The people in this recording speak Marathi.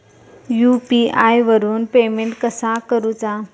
यू.पी.आय वरून पेमेंट कसा करूचा?